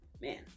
man